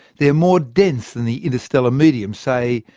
they are more dense than the interstellar medium say,